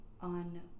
on